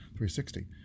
360